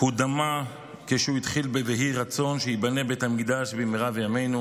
הוא דמע כשהוא התחיל ב"ויהי רצון שייבנה בית המקדש במהרה בימינו",